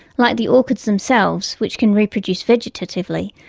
like the orchids themselves, which can reproduce vegetatively,